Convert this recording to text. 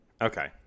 Okay